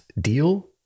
deal